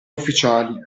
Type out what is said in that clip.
ufficiali